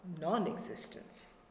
non-existence